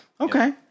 Okay